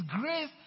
grace